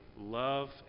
love